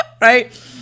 right